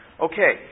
Okay